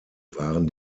waren